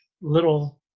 little